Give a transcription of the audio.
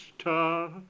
star